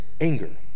anger